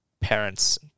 parents